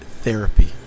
therapy